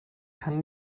kann